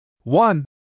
One